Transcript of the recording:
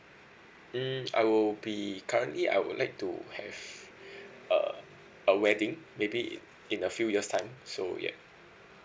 mm I will be currently I would like to have uh a wedding maybe in in a few years time so ya